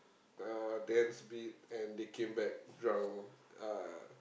uh dance a bit and they came back drunk uh